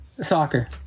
soccer